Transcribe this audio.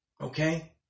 Okay